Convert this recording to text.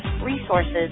resources